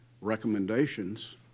recommendations